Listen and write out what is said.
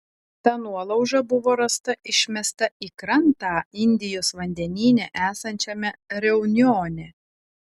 ta nuolauža buvo rasta išmesta į krantą indijos vandenyne esančiame reunjone